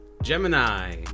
Gemini